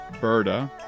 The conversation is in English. Berta